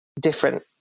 different